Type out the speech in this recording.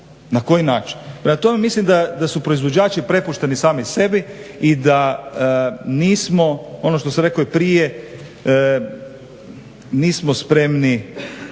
na koji način. Prema tome, mislim da su proizvođači prepušteni sami sebi i da nismo ono što sam rekao i prije, nismo spremni 1.